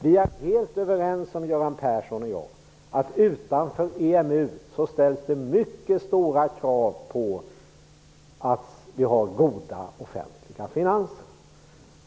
Göran Persson och jag är helt överens om att utanför EMU ställs det mycket stora krav på att vi har goda offentliga finanser.